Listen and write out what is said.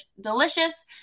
delicious